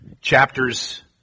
Chapters